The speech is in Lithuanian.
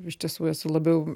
iš tiesų esu labiau